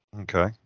Okay